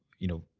you know,